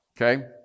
Okay